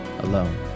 alone